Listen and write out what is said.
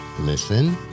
listen